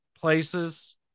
places